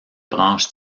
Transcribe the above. branches